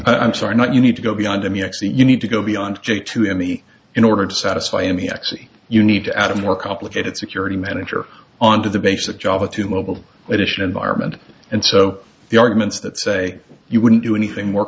i'm sorry not you need to go beyond i mean you need to go beyond j to any in order to satisfy any x e you need to add a more complicated security manager onto the basic java two mobile edition environment and so the arguments that say you wouldn't do anything more